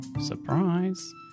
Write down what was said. Surprise